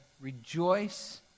rejoice